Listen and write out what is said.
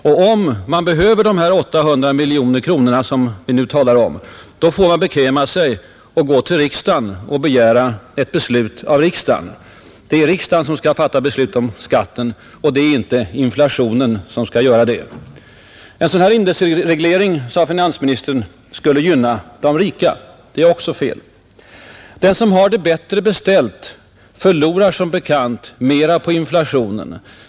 Om man behöver dessa 800 miljoner kronor som vi nu talar om, då får man bekväma sig till att gå till riksdagen och begära ett beslut av riksdagen. Det är riksdagen som skall fatta beslut om skatten, och det är inte inflationen som skall göra det. En sådan här indexreglering, sade finansministern, skulle gynna de rika. Det är också fel. Den som har det bättre beställt förlorar som bekant mera på inflation.